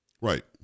right